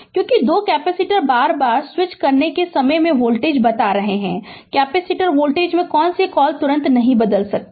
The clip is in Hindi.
क्योंकि दो कैपेसिटर बार बार स्विच करने के समय मैं वोल्टेज बता रहा हूं कैपेसिटर वोल्टेज में कौन सी कॉल तुरंत नहीं बदल सकती है